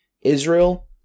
Israel